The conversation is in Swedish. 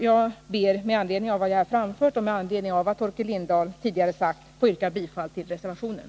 Jag ber med anledning av vad jag här framfört och med anledning av vad Torkel Lindahl tidigare sagt få yrka bifall till reservationen.